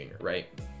Right